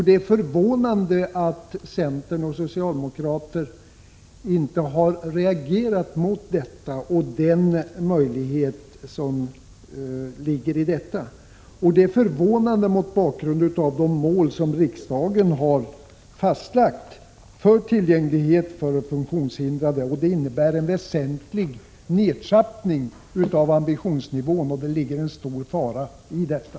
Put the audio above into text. Det är förvånande att centern och socialdemokraterna inte har reagerat härvidlag — mot bakgrund av de mål som riksdagen har fastlagt för tillgänglighet för funktionshindrade. Detta innebär en väsentlig nedtrappning av ambitionsnivån, och det ligger som sagt en fara i detta.